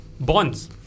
bonds